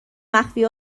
مخفی